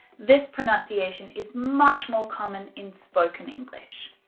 this pronunciation is much more common in spoken english.